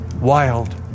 wild